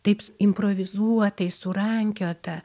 taip s improvizuotai surankiota